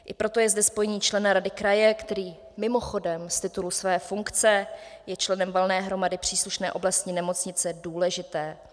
I proto je zde spojení člena rady kraje, který mimochodem z titulu své funkce je členem valné hromady příslušné oblastní nemocnice, důležité.